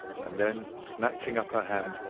and then, snatching up her hand,